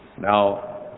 Now